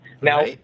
Now